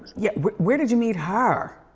yeah, where where did you meet her?